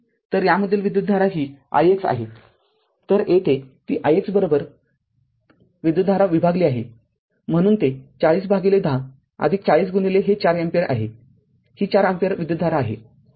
तरयामधील विद्युतधाराही ix आहे तरयेथे ती ix विद्युतधारा विभागली आहे म्हणून ते ४० भागिले १०४०हे ४ अँपिअर आहे ही ४ अँपिअर विद्युतधारा आहे